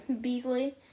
Beasley